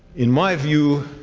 in my view,